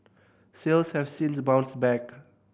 sales have since bounced back